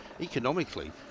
economically